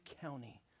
County